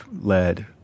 led